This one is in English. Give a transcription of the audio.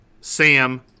Sam